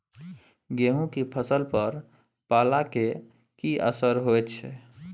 गेहूं के फसल पर पाला के की असर होयत छै?